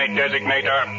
designator